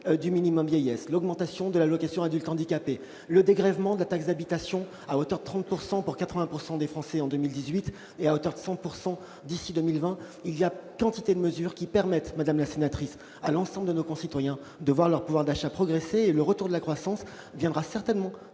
du minimum vieillesse, l'augmentation de l'allocation adulte handicapé, le dégrèvement de la taxe d'habitation, à hauteur de 30 % pour 80 % des Français en 2018 et à hauteur de 100 % d'ici à 2020. Il y a quantité de mesures qui permettent, madame la sénatrice, à l'ensemble de nos concitoyens de voir leur pouvoir d'achat progresser. Le retour de la croissance viendra certainement